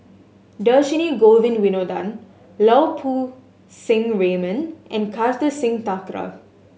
Dhershini Govin Winodan Lau Poo Seng Raymond and Kartar Singh Thakral